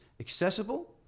accessible